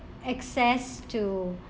access to